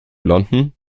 london